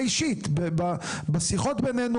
מהשיחות בינינו,